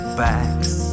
backs